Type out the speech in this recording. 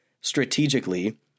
strategically